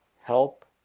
help